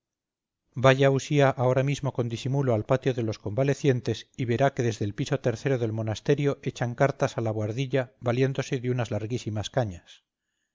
vaya usía ahora mismo con disimulo al patio de los convalecientes y verá que desde el piso tercero del monasterio echan cartas a la bohardilla valiéndose de unas larguísimas cañas